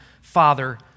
Father